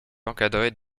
encadrée